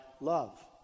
love